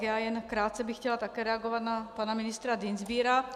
Já jen krátce bych chtěla také reagovat na pana ministra Dienstbiera.